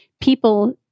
People